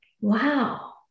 wow